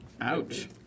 Ouch